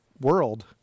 world